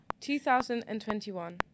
2021